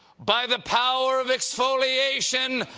by the power of exfoliation.